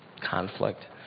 conflict